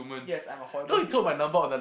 yes I'm a horrible human